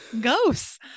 ghosts